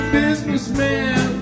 businessman